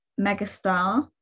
Megastar